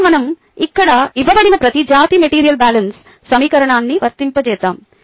ఇప్పుడు మనం ఇక్కడ ఇవ్వబడిన ప్రతి జాతికి మెటీరియల్ బ్యాలెన్స్ సమీకరణాన్ని వర్తింపజేద్దాం